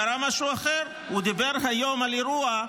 קרה משהו אחר: הוא דיבר היום על אירוע,